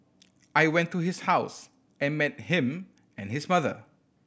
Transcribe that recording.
I went to his house and met him and his mother